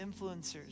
influencers